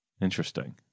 interesting